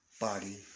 Body